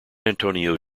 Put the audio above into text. antonio